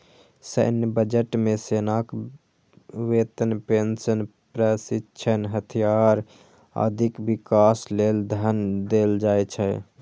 सैन्य बजट मे सेनाक वेतन, पेंशन, प्रशिक्षण, हथियार, आदिक विकास लेल धन देल जाइ छै